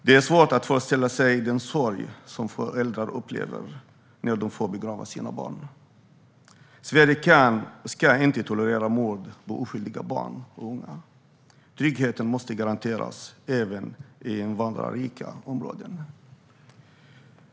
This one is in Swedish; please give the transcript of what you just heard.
Det är svårt att föreställa sig den sorg som föräldrar upplever när de får begrava sina barn. Sverige kan och ska inte tolerera mord på oskyldiga barn och unga. Tryggheten måste garanteras även i invandrarrika områden.